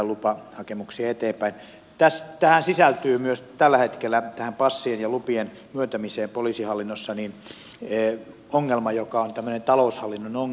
passien ja lupien myöntämiseen sisältyy tällä hetkellä poliisihallinnossa ongelma joka on tämmöinen taloushallinnon ongelma